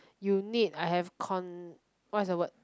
you need I have con what's the word